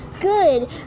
good